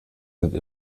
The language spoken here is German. sind